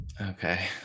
Okay